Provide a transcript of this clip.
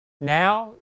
Now